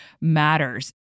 matters